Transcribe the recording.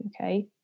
Okay